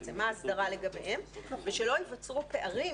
מה ההסדרה לגביהם ושלא ייווצרו פערים,